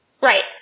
Right